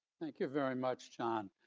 thank you very much, john,